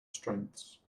strengths